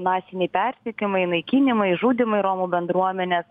masiniai perteikimai naikinimai žudymai romų bendruomenės